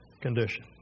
condition